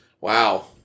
Wow